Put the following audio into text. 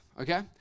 okay